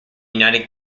united